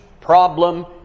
problem